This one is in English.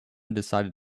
decided